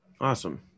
Awesome